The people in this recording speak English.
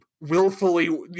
willfully